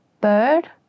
Bird